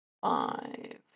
Five